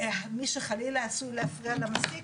מי שחלילה עשוי להפריע למסיק?